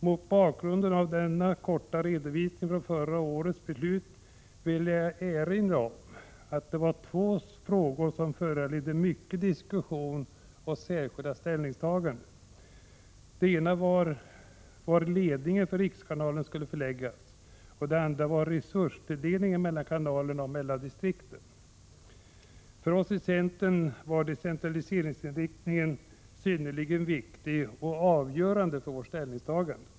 Mot bakgrund av denna korta redovisning av förra årets beslut vill jag erinra om att det var två frågor som föranledde mycket diskussion och särskilda ställningstaganden. Den ena gällde var ledningen för rikskanalen skulle förläggas, och den andra gällde resurstilldelningen mellan kanalerna och mellan distrikten. För oss i centern var decentraliseringsinriktningen synnerligen viktig för vårt ställningstagande.